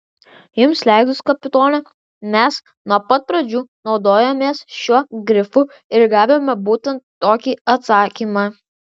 jums leidus kapitone mes nuo pat pradžių naudojomės šiuo grifu ir gavome būtent tokį atsakymą